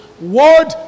Word